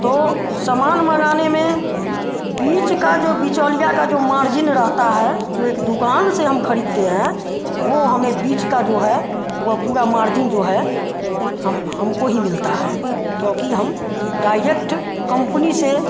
तो सामान मंगाने में बीच का जो बिचौलिया का जो मार्जिन रहता है जो एक दुकान से हम खरीदते हैं वह हमें बीच का जो है वह पूरा मार्जिन जो है हम हमको ही मिलता है क्योंकि हम डायरेक्ट कंपनी से